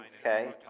Okay